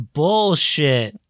bullshit